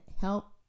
help